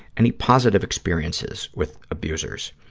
any positive experiences with abusers?